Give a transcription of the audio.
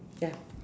ya